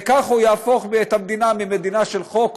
וככה הוא יהפוך את המדינה ממדינה של חוק,